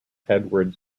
edwards